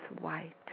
white